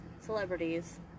celebrities